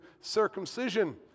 circumcision